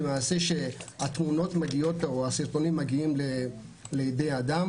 שהתמונות או הסרטונים מגיעים לידי אדם